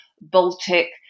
Baltic